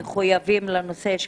הכנסת שנכחו.